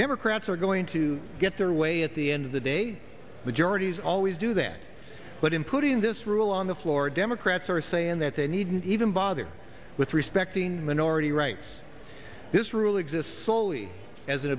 democrats are going to get their way at the end of the day majorities always do that but in putting this rule on the floor democrats are saying that they needn't even bother with respecting minority rights this rule exists solely as an